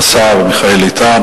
השר מיכאל איתן,